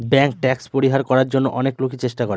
bank tax পরিহার করার জন্য অনেক লোকই চেষ্টা করে